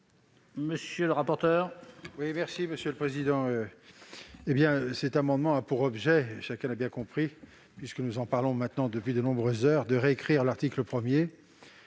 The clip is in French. Monsieur le rapporteur,